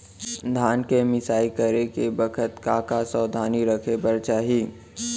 धान के मिसाई करे के बखत का का सावधानी रखें बर चाही?